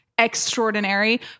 extraordinary